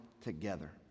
together